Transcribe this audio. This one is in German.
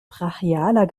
brachialer